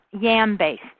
yam-based